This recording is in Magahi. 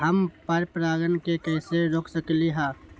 हम पर परागण के कैसे रोक सकली ह?